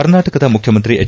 ಕರ್ನಾಟಕದ ಮುಖ್ಯಮಂತ್ರಿ ಎಚ್